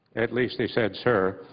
at least they said sir,